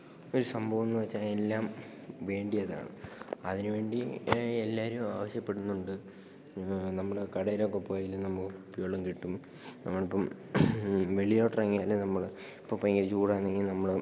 ഒരു സംഭവമെന്നുവച്ചാല് എല്ലാം വേണ്ടതാണ് അതിനുവേണ്ടി എല്ലാവരും ആവശ്യപ്പെടുന്നുണ്ട് നമ്മള് കടയിലൊക്കെപ്പോയാലും നമുക്ക് കുപ്പിവെള്ളം കിട്ടും നമ്മളിപ്പോള് വെളിയിലോട്ടിറങ്ങിയാലും നമ്മള് ഇപ്പോള് ഭയങ്കര ചൂടാണെങ്കില് നമ്മള്